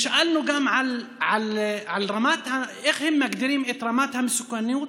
שאלנו גם איך הם מגדירים את רמת המסוכנות